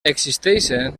existeixen